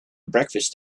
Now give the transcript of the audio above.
breakfast